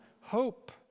hope